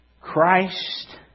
Christ